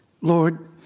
Lord